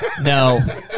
no